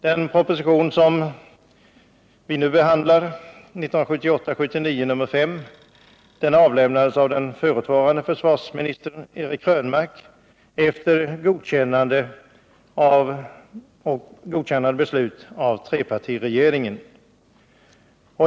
Den proposition som vi nu behandlar, 1978/79:5, avlämnades av den förutvarande försvarsministern Eric Krönmark efter godkännande beslut av trepartiregeringen.